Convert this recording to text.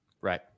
Right